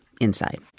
inside